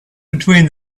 between